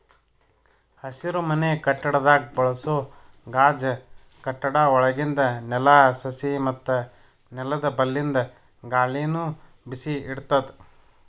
ಹಸಿರುಮನೆ ಕಟ್ಟಡದಾಗ್ ಬಳಸೋ ಗಾಜ್ ಕಟ್ಟಡ ಒಳಗಿಂದ್ ನೆಲ, ಸಸಿ ಮತ್ತ್ ನೆಲ್ದ ಬಲ್ಲಿಂದ್ ಗಾಳಿನು ಬಿಸಿ ಇಡ್ತದ್